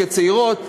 כצעירות,